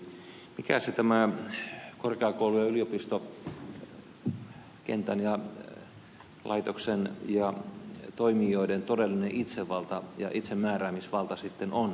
mikä se tämä korkeakoulujen ja yliopistokentän ja laitoksen ja toimijoiden todellinen itsevalta ja itsemääräämisvalta sitten on